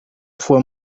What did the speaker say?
fue